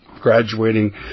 graduating